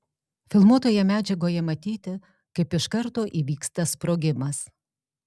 filmuotoje medžiagoje matyti kaip iš karto įvyksta sprogimas